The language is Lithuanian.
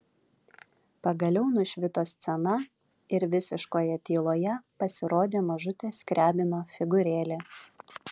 pagaliau nušvito scena ir visiškoje tyloje pasirodė mažutė skriabino figūrėlė